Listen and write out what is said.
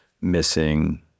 missing